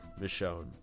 Michonne